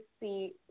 see